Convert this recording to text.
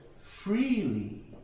freely